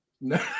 No